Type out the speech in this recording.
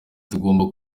tugomba